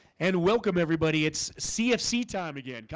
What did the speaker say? and welcome everybody, it's cfc time again,